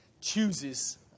chooses